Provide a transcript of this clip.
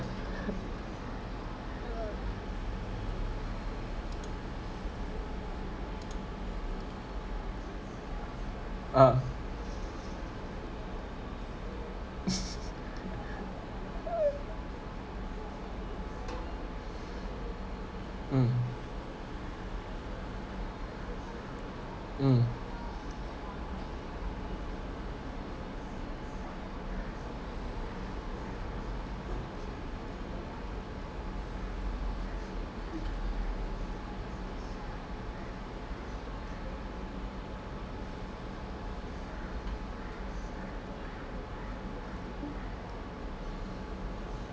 ah mm mm